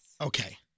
Okay